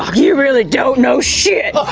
ah you really don't know shit.